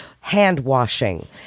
hand-washing